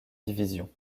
division